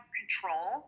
control